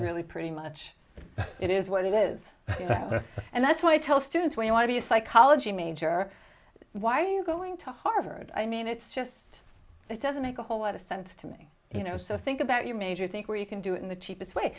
really pretty much it is what it is and that's why i tell students when you want to be a psychology major why are you going to harvard i mean it's just it doesn't make a whole lot of sense to me you know so think about your major think where you can do it in the cheapest way